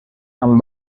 amb